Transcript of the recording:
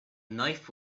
knife